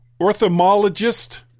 Orthomologist